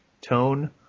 tone